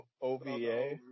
OVA